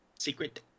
Secret